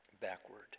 backward